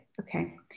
Okay